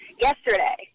yesterday